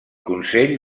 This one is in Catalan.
consell